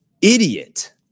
idiot